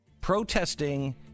protesting